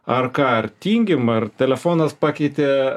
ar ką ar tingim ar telefonas pakeitė